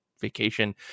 vacation